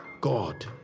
God